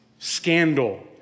Scandal